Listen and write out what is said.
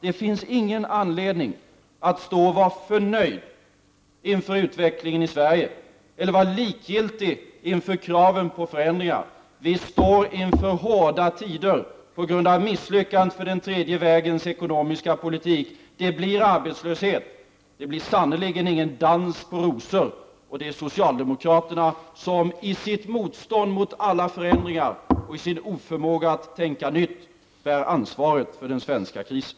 Det finns ingen anledning att vara förnöjd inför utvecklingen i Sverige, eller vara likgiltig inför kraven på förändringar. Vi står inför hårda tider på grund av misslyckandet för den tredje vägens ekonomiska politik. Det blir arbetslöshet, det blir sannerligen ingen dans på rosor. Och det är socialdemokraterna som i sitt motstånd mot alla förändringar och i sin oförmåga att tänka nytt bär ansvaret för den svenska krisen.